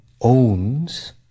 owns